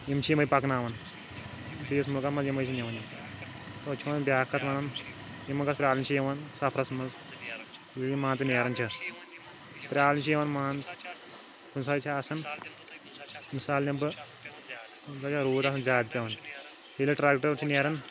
یِم چھِ یِمَے پَکناوان بیٚیِس مُلکَس منٛز یِمَے چھِ نِوان أسۍ چھِ وۄنۍ بیٛاکھ کَتھ وَنان یِمَن کانٛہہ پرٛابلِم چھِ یِوان سَفرَس منٛز ییٚلہِ یِم مان ژٕ نیران چھِ پرٛابلِم چھِ یِوان مان ژٕ کُنۍ ساتہٕ چھِ آسان مِثال نِمہٕ بہٕ روٗد آسان زیادٕ پٮ۪وان ییٚلہِ یہِ ٹرٛک ڈرٛایوَر چھِ نیران